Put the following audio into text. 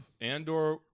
Andor